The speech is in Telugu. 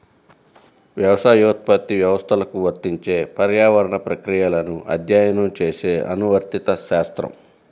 వ్యవసాయోత్పత్తి వ్యవస్థలకు వర్తించే పర్యావరణ ప్రక్రియలను అధ్యయనం చేసే అనువర్తిత శాస్త్రం